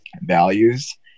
values